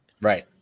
right